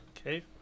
okay